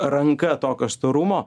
ranka tokio storumo